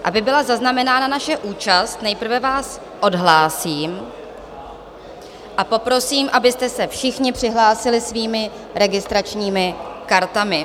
Aby byla zaznamenána naše účast, nejprve vás odhlásím a poprosím, abyste se všichni přihlásili svými registračními kartami.